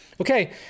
okay